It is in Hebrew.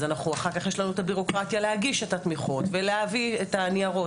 אז אחר כך יש לנו את הבירוקרטיה להגיש את התמיכות ולהביא את הניירות